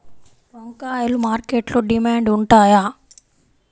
వంకాయలు మార్కెట్లో డిమాండ్ ఉంటాయా?